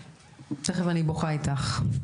תיכף אני בוכה איתך יחד.